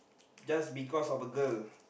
just because of a girl